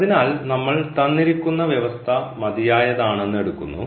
അതിനാൽ നമ്മൾ തന്നിരിക്കുന്ന വ്യവസ്ഥ മതിയായതാണെന്ന് എടുക്കുന്നു